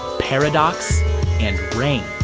paradox and rain.